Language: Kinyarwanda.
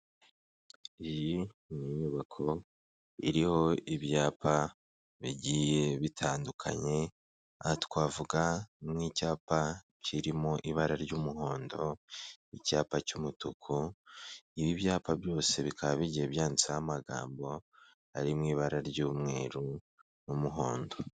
Iyi ni inyubako iriho ibyapa bigiye bitandukanye, aha twavuga nk'icyapa kirimo ibara ry'umuhondo, n'icyapa cy'umutuku, ibi byapa byose bikaba bigiye byanditseho amagambo ari mu ibara ry'umweru n'umuhondo.